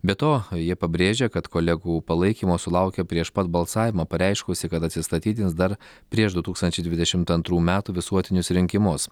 be to ji pabrėžė kad kolegų palaikymo sulaukė prieš pat balsavimą pareiškusi kad atsistatydins dar prieš du tūkstančiai dvidešimt antrų metų visuotinius rinkimus